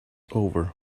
over